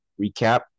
recap